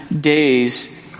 days